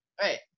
right